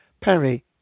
Perry